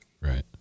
Right